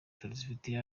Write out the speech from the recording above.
turazifite